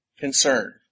Concern